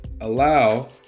allow